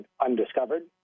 undiscovered